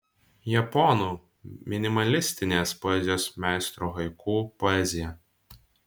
japonų minimalistinės poezijos meistrų haiku poezija